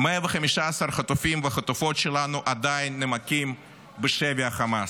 115 חטופים וחטופות שלנו עדיין נמקים בשבי החמאס.